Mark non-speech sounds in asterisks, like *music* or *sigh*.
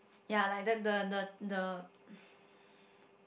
ya like the the the the *breath*